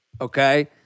Okay